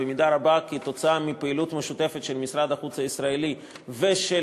במידה רבה כתוצאה מפעילות משותפת של משרד החוץ הישראלי ושל